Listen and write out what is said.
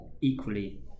equally